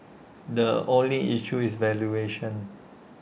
the only issue is valuation